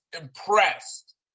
impressed